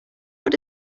what